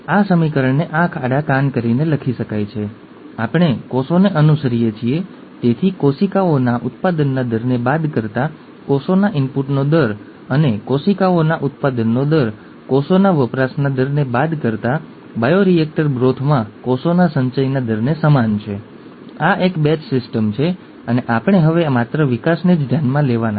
તે હંમેશાં લોકોને મૂંઝવણમાં મૂકે છે પરંતુ તેઓ તેના વિશે શંકાશીલ હતા વગેરે વગેરે ત્યાં સુધી કે મેન્ડેલ આવ્યા અને અમને કહ્યું કે લક્ષણો ખરેખર લક્ષણ કણો દ્વારા પસાર કરવામાં આવે છે